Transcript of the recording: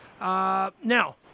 Now